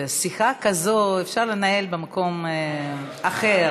שיחה כזאת אפשר לנהל במקום אחר,